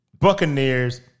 Buccaneers